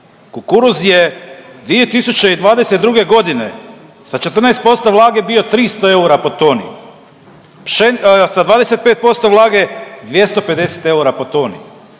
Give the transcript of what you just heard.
kukuruz je 2022.g. sa 14% vlage bio 300 eura po toni, sa 25% vlage 250 eura po toni,